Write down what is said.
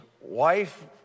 wife